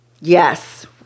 Yes